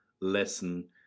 lesson